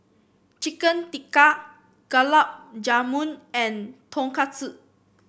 Chicken Tikka Gulab Jamun and Tonkatsu